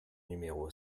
numéro